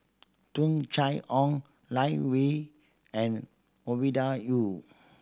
Tung Chye Hong Lai we and Ovidia Yu